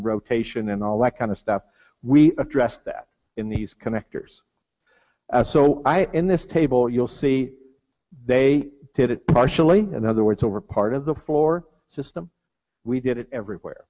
rotation and all that kind of stuff we address that in these connectors so i in this table you'll see they did it partially another words over part of the floor system we did it everywhere